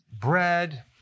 bread